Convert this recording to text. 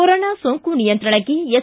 corona ಸೋಂಕು ನಿಯಂತ್ರಣಕ್ಕೆ S